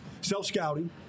self-scouting